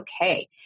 okay